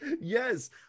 Yes